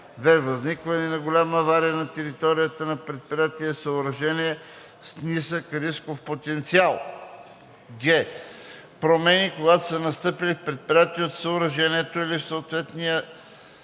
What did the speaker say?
възникване на голяма авария на територията на предприятие/съоръжение с висок рисков потенциал; г) промени, които са настъпили в предприятието/съоръжението или в съответните